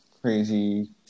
crazy